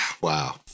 wow